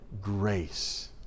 grace